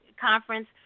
conference